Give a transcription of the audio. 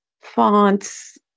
fonts